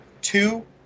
Two